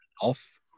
off